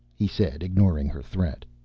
he said, ignoring her threat.